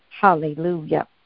Hallelujah